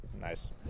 Nice